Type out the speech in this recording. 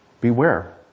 Beware